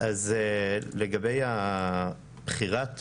לגבי בחירת